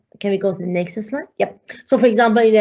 can we go to the next slide? yeah so for example. yeah